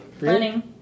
running